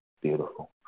beautiful